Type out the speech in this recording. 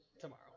tomorrow